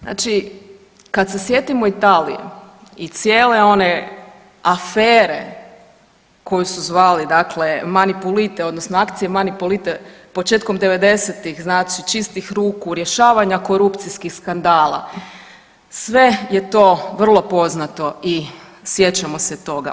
Znači kad se sjetimo Italije i cijele one afere koju su zvali dakle Mani pulte odnosno akcije Mani pulte početkom '90.-tih znači čistih ruku, rješavanja korupcijskih skandala, sve je to vrlo poznato i sjećamo se toga.